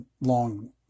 long